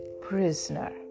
prisoner